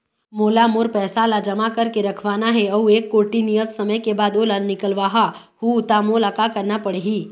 मोला मोर पैसा ला जमा करके रखवाना हे अऊ एक कोठी नियत समय के बाद ओला निकलवा हु ता मोला का करना पड़ही?